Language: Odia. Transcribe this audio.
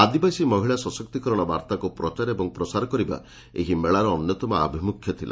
ଆଦିବାସୀ ମହିଳା ସଶକ୍ତିକରଣ ବାର୍ତାକୁ ପ୍ରଚାର ଏବଂ ପ୍ରସାର କରିବା ଏହି ମେଳାର ଅନ୍ୟତମ ଆଭିମୁଖ୍ୟ ଥିଲା